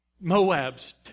Moab's